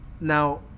now